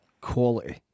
quality